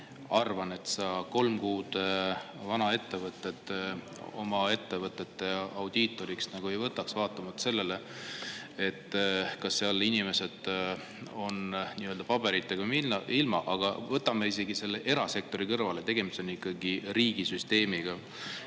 arvan, et sa kolm kuud vana ettevõtet oma ettevõtete audiitoriks ei võtaks, olenemata sellest, kas seal inimesed on nii-öelda paberitega või ilma. Aga jätame isegi selle erasektori kõrvale. Tegemist on ikkagi riigisüsteemiga.